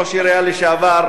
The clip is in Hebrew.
ראש עירייה לשעבר.